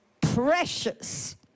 precious